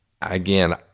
Again